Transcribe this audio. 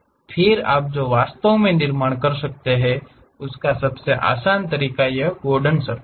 फिर आप जो वास्तव में निर्माण कर सकते हैं उसका सबसे आसान तरीका यह गॉर्डन सर्फ़ेस है